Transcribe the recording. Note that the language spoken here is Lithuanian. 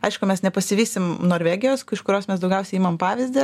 aišku mes nepasivysim norvegijos iš kurios mes daugiausiai imam pavyzdį